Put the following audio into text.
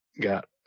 got